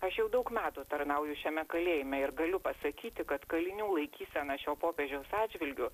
aš jau daug metų tarnauju šiame kalėjime ir galiu pasakyti kad kalinių laikyseną šio popiežiaus atžvilgiu